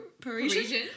Parisian